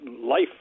life